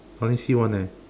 I only see one eh